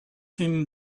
him